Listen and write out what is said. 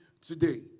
today